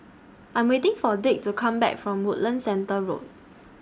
I Am waiting For Dick to Come Back from Woodlands Centre Road